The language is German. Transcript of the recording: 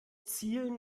zielen